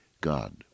God